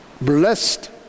Blessed